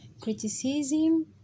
criticism